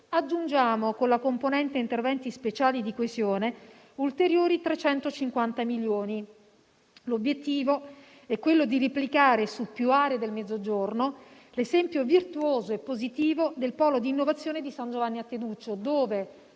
aggiungiamo, con la componente interventi speciali di coesione, ulteriori 350 milioni. L'obiettivo è quello di replicare su più aree del Mezzogiorno l'esempio virtuoso e positivo del polo di innovazione di San Giovanni a Teduccio, dove